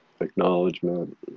acknowledgement